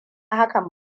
hakan